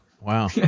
Wow